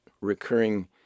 recurring